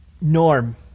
norm